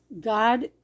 God